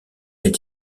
elle